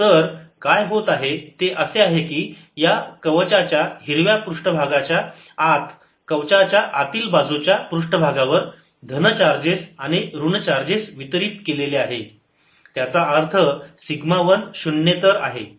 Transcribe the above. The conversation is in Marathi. तर काय होत आहे ते असे आहे की या कवचाच्या हिरव्या पृष्ठभागाच्या आत कवचाच्या आतील बाजूच्या पृष्ठभागावर धन चार्जेस आणि ऋण चार्जेस वितरित केलेले आहे त्याचा अर्थ सिग्मा वन शून्येतर आहे